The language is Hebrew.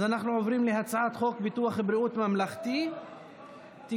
אנחנו עוברים להצעת חוק ביטוח בריאות ממלכתי (תיקון,